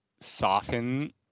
soften